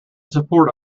support